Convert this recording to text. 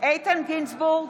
איתן גינזבורג,